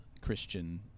Christian